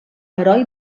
heroi